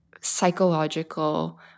psychological